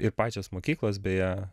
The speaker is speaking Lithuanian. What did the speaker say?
ir pačios mokyklos beje